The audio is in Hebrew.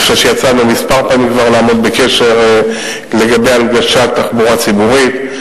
אני חושב שיצא לנו כבר כמה פעמים לעמוד בקשר לגבי הנגשת תחבורה ציבורית,